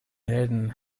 helden